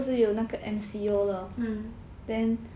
mm